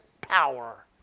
power